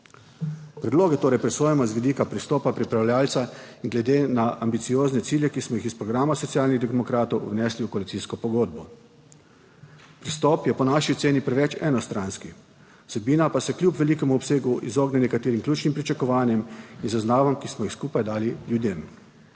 Predloge torej presojamo z vidika pristopa pripravljavca in glede na ambiciozne cilje, ki smo jih iz programa Socialnih demokratov vnesli v koalicijsko pogodbo. Pristop je po naši oceni preveč enostranski, vsebina pa se kljub velikemu obsegu izogne nekaterim ključnim pričakovanjem in zaznavam, ki smo jih skupaj dali ljudem.